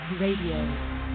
Radio